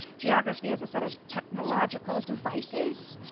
geography has a set of technological devices,